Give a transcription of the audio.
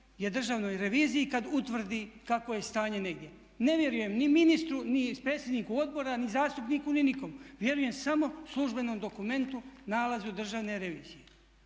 je Državnoj reviziji kad utvrdi kakvo je stanje negdje. Ne vjerujem ni ministru, ni predsjedniku odbora, ni zastupniku ni nikom. Vjerujem samo službenom dokumentu, nalazu Državne revizije.